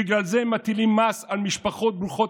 בגלל זה הם מטילה מס על המשפחות ברוכות